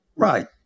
Right